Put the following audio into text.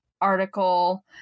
article